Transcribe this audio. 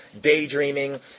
daydreaming